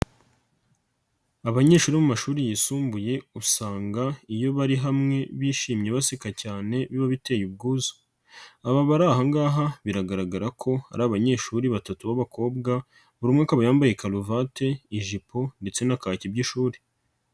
Abanyeshuri bo mu mashuri yisumbuye usanga iyo bari hamwe bishimye baseka cyane biba biteye ubwuzu, aba bari aha ngaha biragaragara ko ari abanyeshuri batatu b'abakobwa buri umwe akaba yambaye karuvati, ijipo ndetse na kaki by'ishuri.